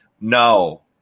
no